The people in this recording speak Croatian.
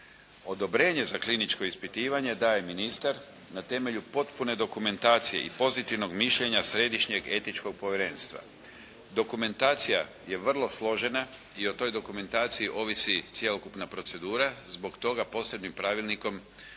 Odobrenje za kliničko ispitivanje daje ministar na temelju potpune dokumentacije i pozitivnog mišljenja Središnjeg etičkog povjerenstva. Dokumentacija je vrlo složena i o toj dokumentaciji ovisi cjelokupna procedura, zbog toga posebnim pravilnikom